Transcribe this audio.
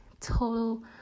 total